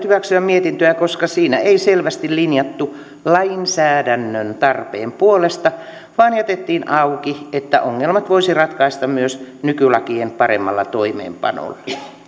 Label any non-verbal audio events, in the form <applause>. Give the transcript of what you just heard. <unintelligible> hyväksyä mietintöä koska siinä ei selvästi linjattu lainsäädännön tarpeen puolesta vaan jätettiin auki ja sanottiin että ongelmat voisi ratkaista myös nykylakien paremmalla toimeenpanolla